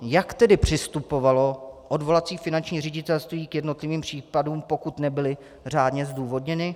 Jak tedy přistupovalo odvolací finanční ředitelství k jednotlivým případům, pokud nebyly řádně zdůvodněny?